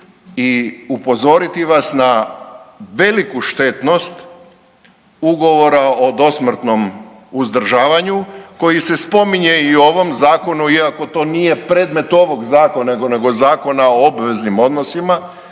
i upozoriti vas na veliku štetnost Ugovora o dosmrtnom uzdržavanju koji se spominje i u ovom zakonu iako to nije predmet ovog zakona nego Zakona o obveznim odnosima,